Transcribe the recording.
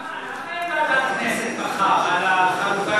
למה אין ישיבת ועדת הכנסת מחר על החלוקה